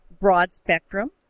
broad-spectrum